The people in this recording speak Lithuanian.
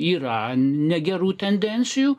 yra negerų tendencijų